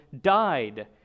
died